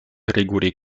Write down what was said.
regule